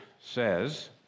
says